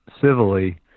civilly